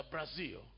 Brazil